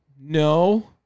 no